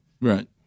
Right